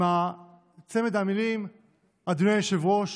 עם המילים "אדוני היושב-ראש,